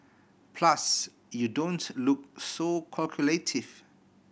plus you don't look so calculative